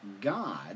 God